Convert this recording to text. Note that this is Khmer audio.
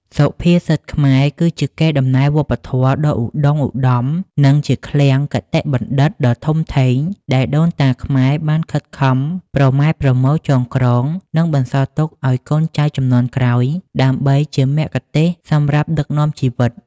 សុភាសិតខ្មែរ គឺជាកេរដំណែលវប្បធម៌ដ៏ឧត្តុង្គឧត្តម និងជាឃ្លាំងគតិបណ្ឌិតដ៏ធំធេង ដែលដូនតាខ្មែរបានខិតខំប្រមែប្រមូលចងក្រង និងបន្សល់ទុកឲ្យកូនចៅជំនាន់ក្រោយ ដើម្បីជាមគ្គុទ្ទេសក៍សម្រាប់ដឹកនាំជីវិត។